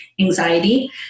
anxiety